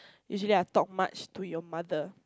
usually I talk much to your mother